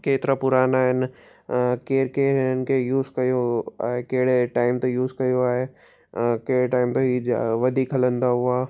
केतिरा पुराणा आहिनि केरु केरु हिननि खे यूस कयो ऐं कहिड़े टाइम ते यूस कयो आहे कहिड़े टाइम ते इहे वधीक हलंदा हुआ